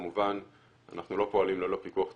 כמובן אנחנו לא פועלים ללא פיקוח ציבורי,